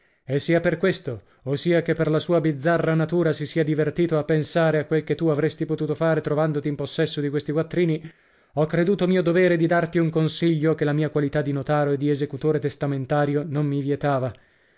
e sia per questo o sia che per la sua bizzarra natura si sia divertito a pensare a quel che tu avresti potuto fare trovandoti in possesso di questi quattrini ho creduto mio dovere di darti un consiglio che la mia qualità di notaro e di esecutore testamentario non mi vietava